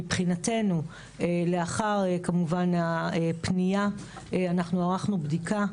מבחינתנו, לאחר כמובן הפנייה אנחנו ערכנו בדיקה.